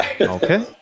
Okay